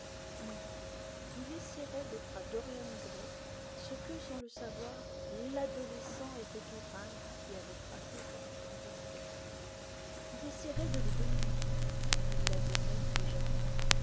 oui il essaierait d'être à dorian gray ce que sans le savoir l'adolescent était au peintre qui avait tracé son splendide portrait il essaierait de le dominer il l'avait même déjà fait